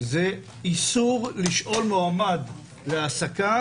זה איסור לשאול מועמד להעסקה,